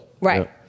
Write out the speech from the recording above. Right